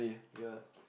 ya